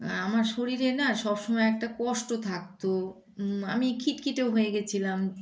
আমার শরীরে না সবসময় একটা কষ্ট থাকত আমি খিটখিটেও হয়ে গিয়েছিলাম